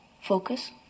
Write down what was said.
focus